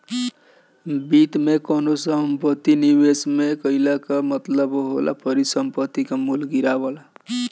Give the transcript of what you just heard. वित्त में कवनो संपत्ति में निवेश कईला कअ मतलब होला परिसंपत्ति के मूल्य गिरावल